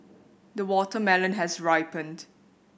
the watermelon has ripened